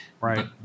right